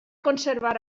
conservar